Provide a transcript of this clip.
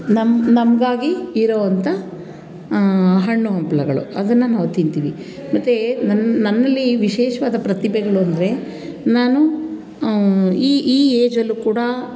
ನಮ್ಮ ನಮಗಾಗಿ ಇರುವಂಥ ಹಣ್ಣು ಹಂಪಲುಗಳು ಅದನ್ನು ನಾವು ತಿಂತೀವಿ ಮತ್ತು ನನ್ನ ನನ್ನಲ್ಲಿ ವಿಶೇಷವಾದ ಪ್ರತಿಭೆಗಳೆಂದ್ರೆ ನಾನು ಈ ಈ ಏಜಲ್ಲೂ ಕೂಡ